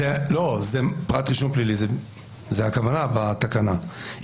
זאת הכוונה בתקנה.